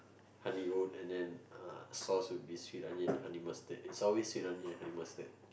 honey oat and then uh sauce would be sweet onion and honey mustard it's always sweet onion and honey mustard